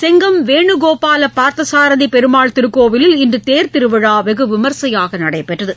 செங்கம் வேணுகோபாலபார்த்தசாரதிபெருமாள் திருக்கோவில் இன்றுதேர் திருவிழாவெகுவிமர்சியாகநடைபெற்றது